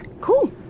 cool